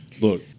Look